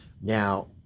now